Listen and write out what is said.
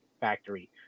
Factory